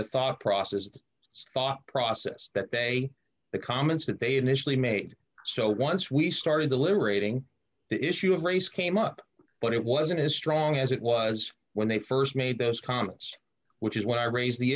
the thought process the thought process that they the comments that they initially made so once we started deliberating the issue of race came up but it wasn't as strong as it was when they st made those comments which is why i raised the